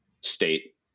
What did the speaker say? state